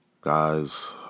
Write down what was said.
guys